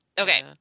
Okay